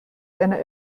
einer